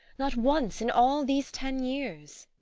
not once in all these ten years.